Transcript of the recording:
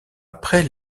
après